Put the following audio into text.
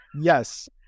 yes